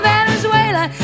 Venezuela